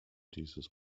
dieses